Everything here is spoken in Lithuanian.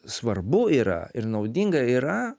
svarbu yra ir naudinga yra